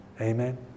Amen